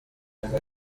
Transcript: ariko